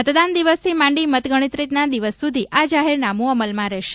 મતદાન દિવસથી માંડી મતગણતરીના દિવસ સુધી આ જાહેરનામું અમલમાં રહેશે